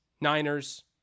Niners